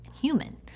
human